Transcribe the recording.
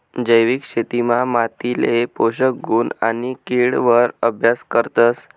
जैविक शेतीमा मातीले पोषक गुण आणि किड वर अभ्यास करतस